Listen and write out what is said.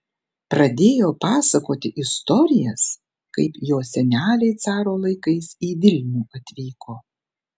pradėjo pasakoti istorijas kaip jos seneliai caro laikais į vilnių atvyko